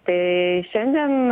tai šiandien